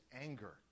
anger